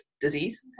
disease